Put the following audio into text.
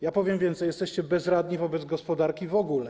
Ja powiem więcej: jesteście bezradni wobec gospodarki w ogóle.